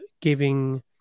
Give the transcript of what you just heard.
giving